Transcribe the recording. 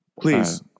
Please